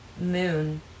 moon